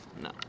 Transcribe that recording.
No